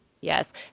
Yes